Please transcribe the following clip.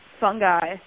fungi